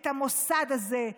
את המוסד הזה.